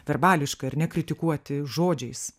verbališkai ar ne kritikuoti žodžiais